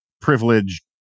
privileged